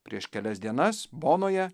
prieš kelias dienas bonoje